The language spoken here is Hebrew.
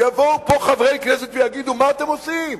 יבואו פה חברי כנסת ויגידו: מה אתם עושים?